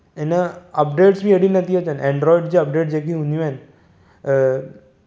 हिन अपडेटस बि एॾी नथी अचनि एंड्रॉयड जा अपडेट जेकी हूंदियूं आहिनि आ